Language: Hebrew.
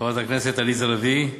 חברת הכנסת עליזה לביא,